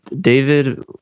David